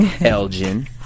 Elgin